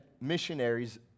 missionaries